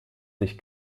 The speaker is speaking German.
sich